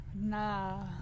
Nah